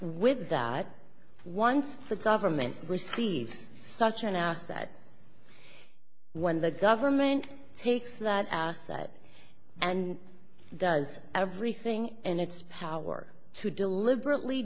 with that once the government receives such an asset when the government takes that asset and does everything in its power to deliberately